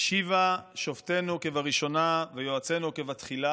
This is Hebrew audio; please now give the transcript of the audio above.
"השיבה שופטינו כבראשונה ויועצינו כבתחלה"